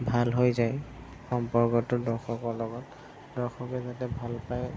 ভাল হৈ যায় সম্পৰ্কটো দৰ্শকৰ লগত দৰ্শকে যাতে ভাল পায়